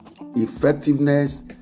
effectiveness